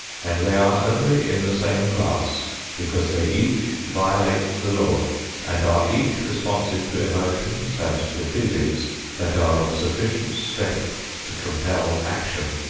and they are only in the same class because they each violate the law and are each responsive to emotions and to feelings that are of sufficient strength to compel action.